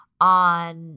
on